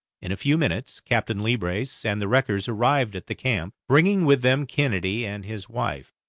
in a few minutes captain leebrace and the wreckers arrived at the camp, bringing with them kennedy and his wife,